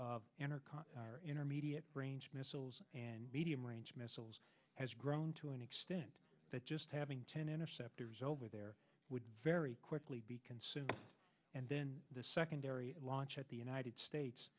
intercon intermediate range missiles and medium range missiles has grown to an extent that just having ten interceptors over there it would very quickly be consumed and then the secondary launch at the united states